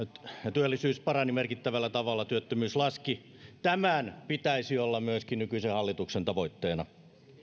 työllisyys parani merkittävällä tavalla ja työttömyys laski tämän pitäisi olla myöskin nykyisen hallituksen tavoitteena